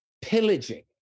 pillaging